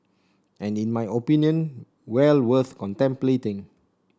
and in my opinion well worth contemplating